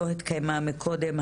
שלא התקיימה קודם,